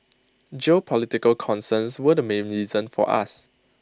geopolitical concerns were the main reason for us